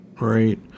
Right